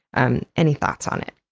um any thoughts on it?